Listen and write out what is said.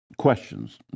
Questions